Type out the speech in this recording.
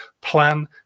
plan